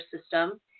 system